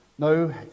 No